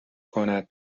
کند